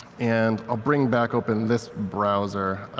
and ah bring back open this browser.